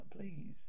Please